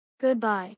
Goodbye